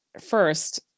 first